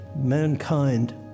Mankind